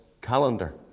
Calendar